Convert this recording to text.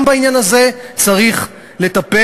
גם בעניין הזה צריך לטפל,